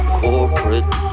corporate